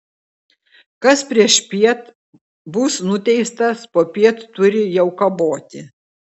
kas priešpiet bus nuteistas popiet turi jau kaboti